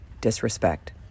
disrespect